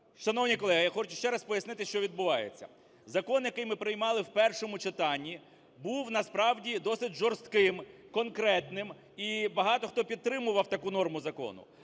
Шановні колеги, я хочу ще раз пояснити, що відбувається. Закон, який ми приймали в першому читанні, був насправді досить жорстким, конкретним і багато хто підтримував таку норму закону.